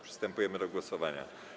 Przystępujemy do głosowania.